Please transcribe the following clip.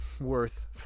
worth